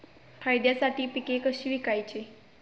फायद्यासाठी पिके कशी विकायची?